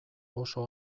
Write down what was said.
oso